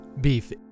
Beef